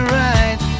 right